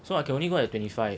so I can only work at twenty five